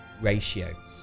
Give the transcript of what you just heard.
ratio